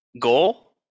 goal